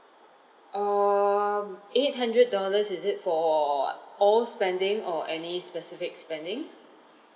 um eight hundred dollars is it for all spending or any specific spending